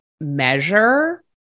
measure